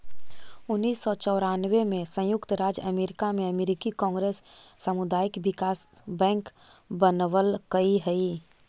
उन्नीस सौ चौरानबे में संयुक्त राज्य अमेरिका में अमेरिकी कांग्रेस सामुदायिक विकास बैंक बनवलकइ हई